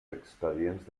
expedients